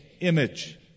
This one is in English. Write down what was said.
image